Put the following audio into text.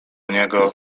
niego